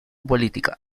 política